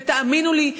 ותאמינו לי,